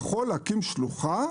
הוא יכול להקים שלוחה.